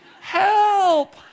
help